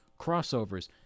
crossovers